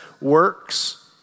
works